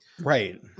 right